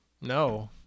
No